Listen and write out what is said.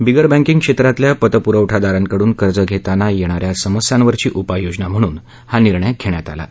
बिगर banking क्षेत्रातल्या पतपुरवठादारांकडून कर्ज घेताना येणाऱ्या सस्यांवरची उपाययोजना म्हणून हा निर्णय घेण्यात आला आहे